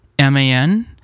MAN